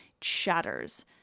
shatters